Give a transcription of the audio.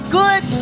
good